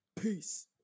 peace